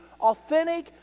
authentic